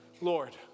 Lord